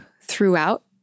throughout